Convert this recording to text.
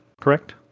correct